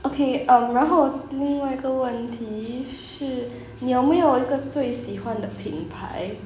okay um 然后另外一个问题是你有没有一个最喜欢的品牌